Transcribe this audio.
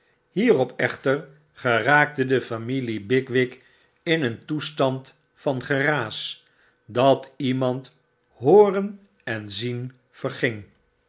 hierop echter geraakte de familie bigwig in een toestand van geraas dat iemand hooren en zien verging